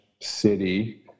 city